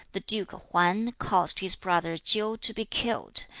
the duke hwan caused his brother chiu to be killed,